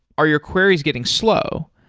are your queries getting slow?